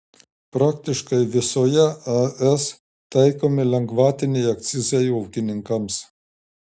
praktiškai visoje es taikomi lengvatiniai akcizai ūkininkams